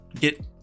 get